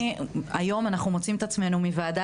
היום אנחנו מוצאים את עצמנו מוועדה